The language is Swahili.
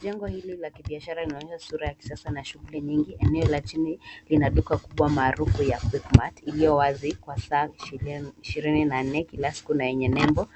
Jengo hili la kibiashara inaonyesha biashara inaonyesha sura ya kisasa na yenye shughli nyingi eneo la chini lina duka kubwa maarufu ya Quickmart iliyo wazi kwa saa ishrini na nne kila siku na yenye nebo